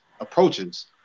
approaches